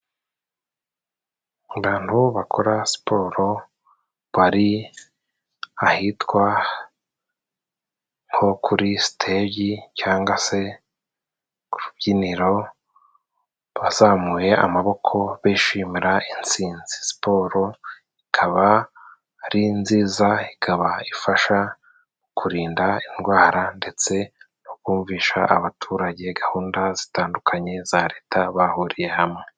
Abantu bakora siporo bari ahitwa nko kuri siteje cyangwa se ku rubyiniro, bazamuye amaboko bishimira intsinzi. Siporo ikaba ari nziza, ikaba ifasha mu kurinda indwara ndetse no kumvisha abaturage gahunda zitandukanye za Leta bahuriye hamwe.